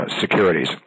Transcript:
securities